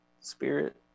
spirit